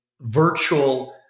virtual